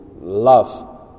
love